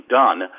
done